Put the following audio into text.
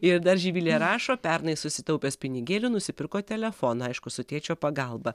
ir dar živilė rašo pernai susitaupęs pinigėlių nusipirko telefoną aišku su tėčio pagalba